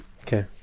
Okay